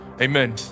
Amen